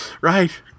Right